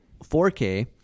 4K